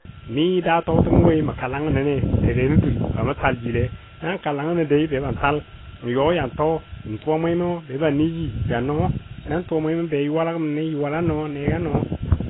mi da tɔtəmo woi mə ka langənɔ le, mə doule nən dul bama tal jile na ka langəno doui be ban tal n yɔ yan tuwa mwemɔ ban niji ja nan tuwa mwemo be yuwalɔ gə mi yuwalo nɔ ne ga nɔ.